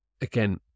again